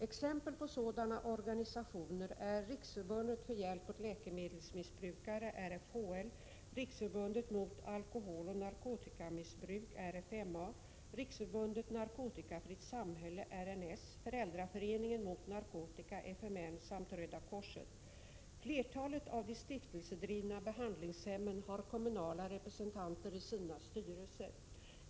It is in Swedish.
Exempel på sådana organisationer är Riksförbundet för hjälp åt läkemedelsmissbrukare , Riksförbundet mot alkoholoch narkotikamissbruk , Riksförbundet narkotikafritt samhälle , Föräldraföreningen mot narkotika samt Röda korset. Flertalet av de stiftelsedrivna behandlingshemmen har kommunala representanter i sina styrelser.